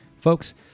Folks